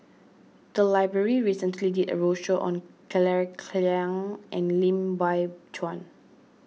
the library recently did a roadshow on Claire Chiang and Lim Biow Chuan